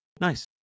Nice